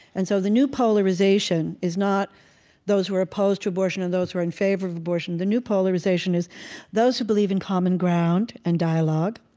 and so the new polarization is not those who are opposed to abortion or those who are in favor of abortion. the new polarization is those who believe in common ground and dialogue.